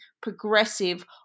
progressive